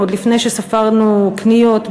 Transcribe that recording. עוד לפני שספרנו קניות,